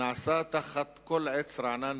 נעשה תחת כל עץ רענן,